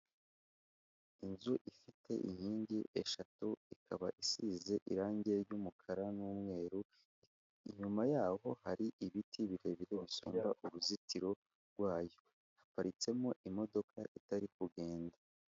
Inzu ifite inkingi eshatu ikaba isize irange ry'umukara n'umweru, inyuma yaho hari ibiti birebire bisumba uruzitiro rwayo, haparitsemo imodoka itari kugenda.